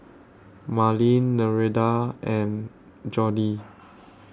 Marlyn Nereida and Joni